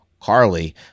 Carly